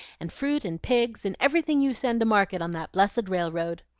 and fruit and pigs, and everything you send to market on that blessed railroad.